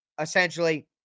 essentially